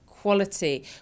quality